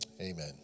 amen